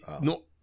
no